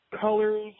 colors